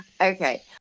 Okay